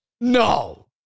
No